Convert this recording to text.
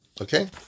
Okay